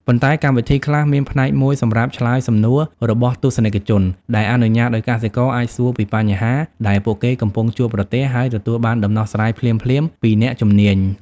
ប៉ុន្តែកម្មវិធីខ្លះមានផ្នែកមួយសម្រាប់ឆ្លើយសំណួររបស់ទស្សនិកជន ដែលអនុញ្ញាតឲ្យកសិករអាចសួរពីបញ្ហាដែលពួកគេកំពុងជួបប្រទះ ហើយទទួលបានដំណោះស្រាយភ្លាមៗពីអ្នកជំនាញ។